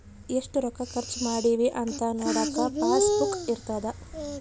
ಎಷ್ಟ ರೊಕ್ಕ ಖರ್ಚ ಮಾಡಿವಿ ಅಂತ ನೋಡಕ ಪಾಸ್ ಬುಕ್ ಇರ್ತದ